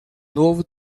novo